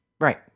Right